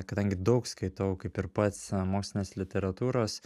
kadangi daug skaitau kaip ir pats mokslinės literatūros